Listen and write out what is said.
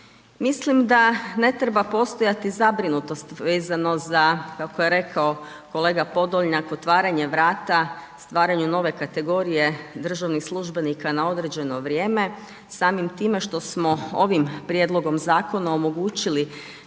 Mislim da ne treba postojati zabrinutost vezano za kako je rekao kolega Podolnjak, otvaranje vrata, stvaranju nove kategorije državnih službenika na određeno vrijeme samim time što smo ovim prijedlogom zakona omogućili